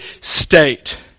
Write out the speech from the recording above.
state